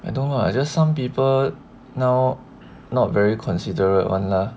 I don't know lah just some people now not very considerate [one] lah